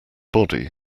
body